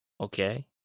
Okay